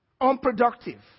Unproductive